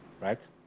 right